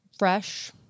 Fresh